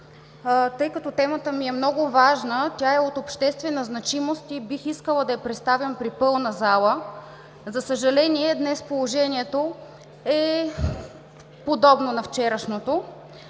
Тъй като темата ми е много важна, тя е от обществена значимост и бих искала да я представям при пълна зала. За съжаление, днес положението е подобно на вчерашното.